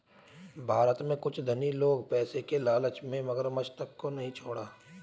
भारत में कुछ धनी लोग पैसे की लालच में मगरमच्छ तक को नहीं छोड़ा